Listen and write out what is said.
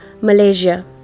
Malaysia